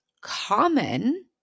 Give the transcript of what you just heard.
common